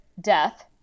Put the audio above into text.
death